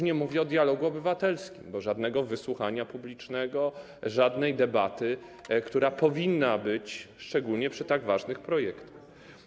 Nie mówię już o dialogu obywatelskim, bo nie było żadnego wysłuchania publicznego, żadnej debaty, która powinna być, szczególnie przy tak ważnych projektach.